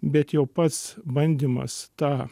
bet jau pats bandymas tą